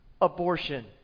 abortion